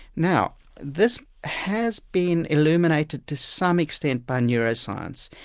now this has been illuminated, to some extent, by neuroscience.